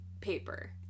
paper